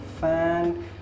fan